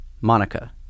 Monica